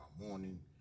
morning